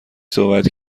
صحبت